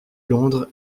londres